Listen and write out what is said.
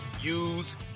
use